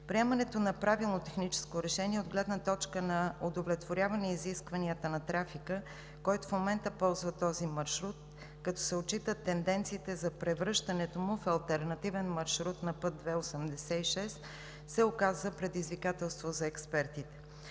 Приемането на правилно техническо решение от гледна точка на удовлетворяване изискванията на трафика, който в момента ползва този маршрут, като се отчитат тенденциите за превръщането му в алтернативен маршрут на път II-86 се оказа предизвикателство за експертите.